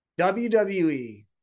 wwe